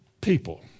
People